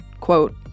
quote